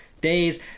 days